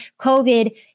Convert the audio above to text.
COVID